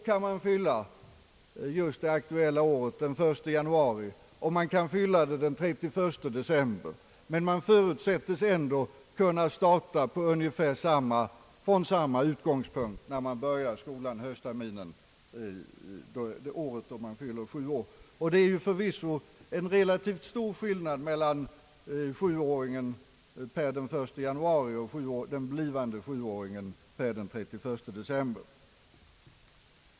Man kan bli sju år det aktuella året den 1 januari och man kan fylla år den 31 december, men man förutsättes ändå kunna starta ungefär från samma utgångspunkt när man börjar skolan höstterminen. Det är förvisso en relativt stor skillnad mellan den som fyllt sju år den 1 januari och den som fyller sju år den 31 december.